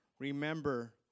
Remember